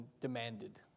demanded